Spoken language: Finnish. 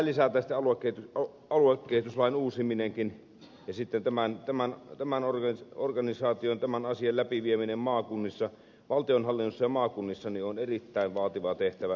kun tähän lisätään aluekehityslain uusiminenkin ja sitten tämän organisaation tämän asian läpivieminen valtionhallinnossa ja maakunnissa on edessä erittäin vaativa tehtävä